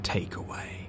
Takeaway